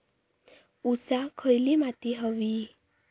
ऊसाक खयली माती व्हयी?